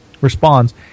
responds